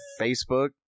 Facebook